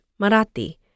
Marathi